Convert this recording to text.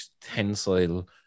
tensile